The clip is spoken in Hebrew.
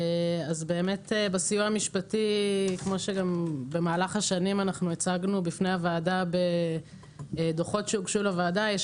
בסיוע המשפטי הצגנו בדוחות שהוגשו לוועדה שיש